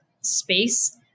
space